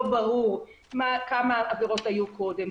לא ברור כמה עבירות היו קודם,